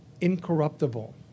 incorruptible